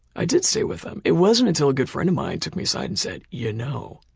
i did stay with him. it wasn't until a good friend of mine took me aside and said, you know,